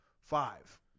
Five